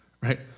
right